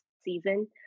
season